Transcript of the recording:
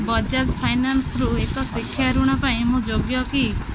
ବଜାଜ୍ ଫାଇନାନ୍ସରୁ ଏକ ଶିକ୍ଷା ଋଣ ପାଇଁ ମୁଁ ଯୋଗ୍ୟ କି